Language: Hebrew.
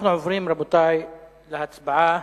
אנחנו עוברים, רבותי, להצבעה.